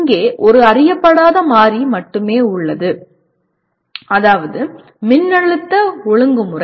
இங்கே ஒரு அறியப்படாத மாறி மட்டுமே உள்ளது அதாவது மின்னழுத்த ஒழுங்குமுறை